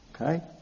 Okay